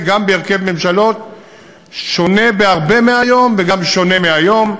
גם בהרכב שונה בהרבה מהיום וגם שונה מהיום,